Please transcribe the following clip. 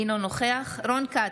אינו נוכח רון כץ,